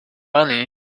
money